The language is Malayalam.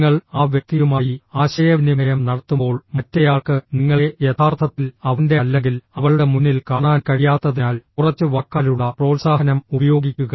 നിങ്ങൾ ആ വ്യക്തിയുമായി ആശയവിനിമയം നടത്തുമ്പോൾ മറ്റേയാൾക്ക് നിങ്ങളെ യഥാർത്ഥത്തിൽ അവന്റെ അല്ലെങ്കിൽ അവളുടെ മുന്നിൽ കാണാൻ കഴിയാത്തതിനാൽ കുറച്ച് വാക്കാലുള്ള പ്രോത്സാഹനം ഉപയോഗിക്കുക